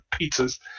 pizzas